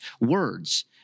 words